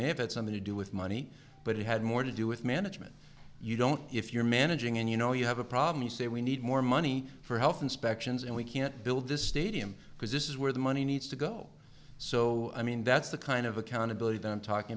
may have had something to do with money but it had more to do with management you don't if you're managing and you know you have a problem you say we need more money for health inspections and we can't build this stadium because this is where the money needs to go so i mean that's the kind of accountability then talking